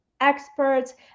experts